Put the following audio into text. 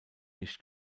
nicht